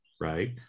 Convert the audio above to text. right